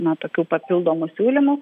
na tokių papildomų siūlymų